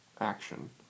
action